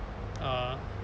uh